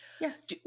Yes